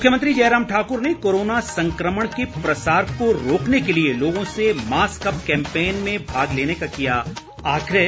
मुख्यमंत्री जयराम ठाकुर ने कोरोना संक्रमण के प्रसार को रोकने के लिए लोगों से मास्क अप कैंपेन में भाग लेने का किया आग्रह